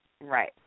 Right